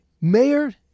Mayor